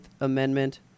Amendment